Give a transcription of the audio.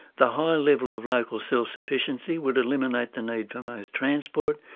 the high level of local self sufficiency would eliminate the need for most transport,